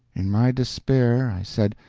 in my despair i said,